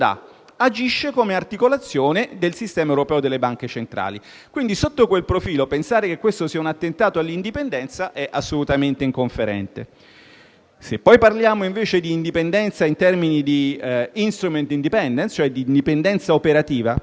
agisce come articolazione del Sistema europeo di banche centrali. Sotto quel profilo pensare che questo sia un attentato all'indipendenza è assolutamente inconferente. Se parliamo, invece, di indipendenza in termini di *instrument independence*, cioè d'indipendenza operativa,